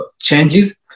changes